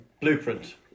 blueprint